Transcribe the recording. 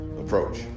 Approach